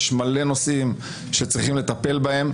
יש מלא נושאים שצריך לטפל בהם,